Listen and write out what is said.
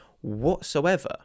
whatsoever